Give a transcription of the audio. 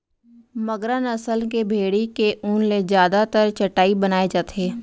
मगरा नसल के भेड़ी के ऊन ले जादातर चटाई बनाए जाथे